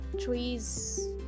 trees